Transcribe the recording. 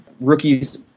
Rookies